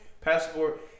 passport